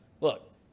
Look